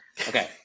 okay